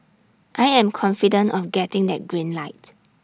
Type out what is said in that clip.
I am confident of getting that green light